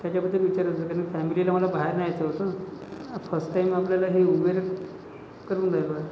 त्याच्याबद्दल विचारायचं होतं कारण फॅमिलीला मला बाहेर न्यायचं होतं फर्स्ट टाइम आपल्याला हे उबेर करून राहिलो आहे